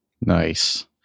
Nice